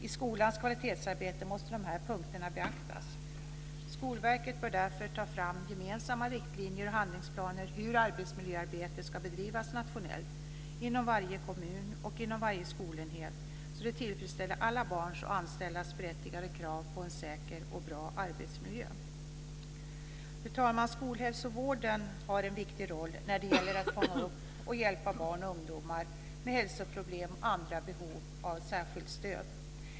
I skolans kvalitetsarbete måste dessa punkter beaktas. Skolverket bör därför ta fram gemensamma riktlinjer och handlingsplaner för hur arbetsmiljöarbetet ska bedrivas nationellt, inom varje kommun och inom varje skolenhet, så att det tillfredsställer alla barns och anställdas berättigade krav på en säker och bra arbetsmiljö. Fru talman! Skolhälsovården har en viktig roll när det gäller att fånga upp och hjälpa barn och ungdomar med hälsoproblem och andra behov av särskilt stöd.